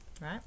right